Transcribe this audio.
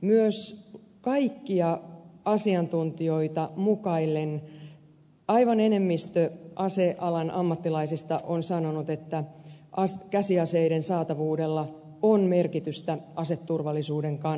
myös kaikkia asiantuntijoita mukaillen aivan enemmistö asealan ammattilaisista on sanonut että käsiaseiden saatavuudella on merkitystä aseturvallisuuden kannalta